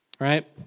Right